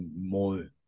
more